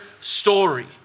story